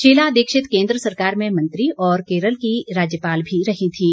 शीला दीक्षित केंद्र सरकार में मंत्री और केरल की राज्यपाल भी रही थीं